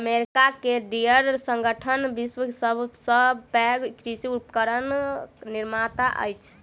America के Deere संगठन विश्वक सभ सॅ पैघ कृषि उपकरण निर्माता अछि